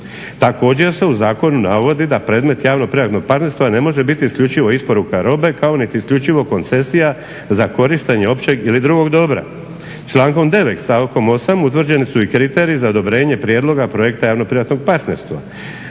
Također se u zakonu navodi da predmet javno-privatnog partnerstva ne može biti isključivo isporuka robe kao niti isključivo koncesija za korištenje općeg ili drugog dobra. Člankom 9. Stavkom 8.utvrđeni su i kriteriji za odobrenje prijedlog projekta javno-privatnog partnerstva.